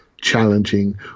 challenging